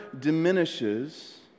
diminishes